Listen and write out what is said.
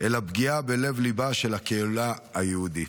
אלא פגיעה בלב ליבה של הקהילה היהודית.